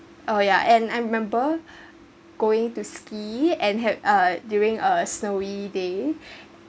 oh yeah and I remembered going to ski and have uh during a snowy day